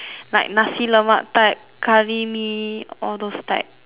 like nasi-lemak type curry mee all those types